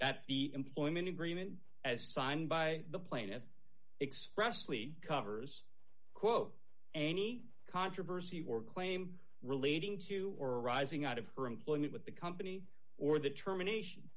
that the employment agreement as signed by the plaintiff expressly covers quote any controversy or claim relating to or arising out of her employment with the company or the termination